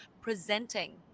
presenting